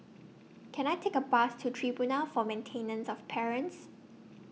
Can I Take A Bus to Tribunal For Maintenance of Parents